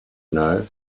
know